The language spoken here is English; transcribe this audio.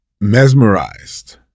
mesmerized